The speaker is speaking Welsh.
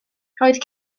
roedd